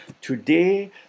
Today